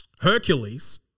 Hercules